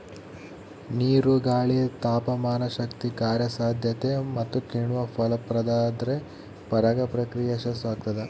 ನೀರು ಗಾಳಿ ತಾಪಮಾನಶಕ್ತಿ ಕಾರ್ಯಸಾಧ್ಯತೆ ಮತ್ತುಕಿಣ್ವ ಫಲಪ್ರದಾದ್ರೆ ಪರಾಗ ಪ್ರಕ್ರಿಯೆ ಯಶಸ್ಸುಆಗ್ತದ